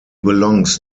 belongs